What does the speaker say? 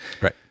Right